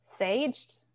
saged